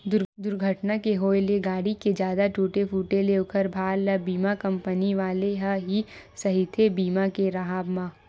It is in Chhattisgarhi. दूरघटना के होय ले गाड़ी के जादा टूटे फूटे ले ओखर भार ल बीमा कंपनी वाले ह ही सहिथे बीमा के राहब म